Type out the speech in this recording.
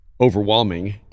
overwhelming